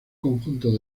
conjunto